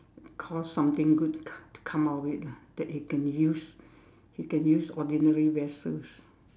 cause something good to to come out with it lah that he can use he can use ordinary vessels